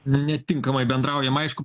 netinkamai bendraujama aišku